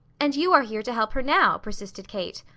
and you are here to help her now, persisted kate.